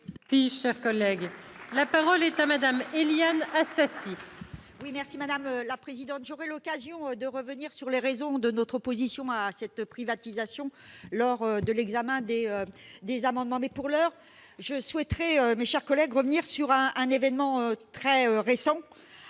Sénat dans ce texte. La parole est à Mme Éliane Assassi, sur l'article. J'aurai l'occasion de revenir sur les raisons de notre opposition à cette privatisation lors de l'examen des amendements. Pour l'heure, je souhaiterais, mes chers collègues, revenir sur un événement tout récent